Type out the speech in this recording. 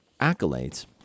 accolades